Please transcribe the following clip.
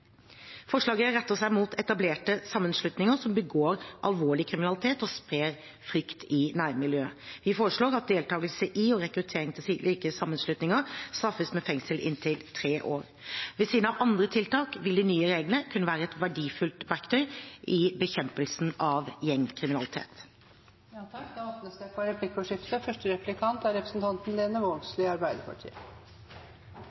Forslaget retter seg mot etablerte sammenslutninger som begår alvorlig kriminalitet og sprer frykt i nærmiljøet. Vi foreslår at deltakelse i og rekruttering til slike sammenslutninger straffes med fengsel inntil tre år. Ved siden av andre tiltak vil de nye reglene kunne være et verdifullt verktøy i bekjempelsen av gjengkriminalitet. Det blir replikkordskifte. Eg vil gje skryt til statsråden for eit godt innlegg. Me er